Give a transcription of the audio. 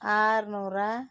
ಆರುನೂರ